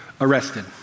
arrested